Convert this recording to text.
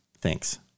Thanks